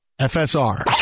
FSR